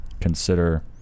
consider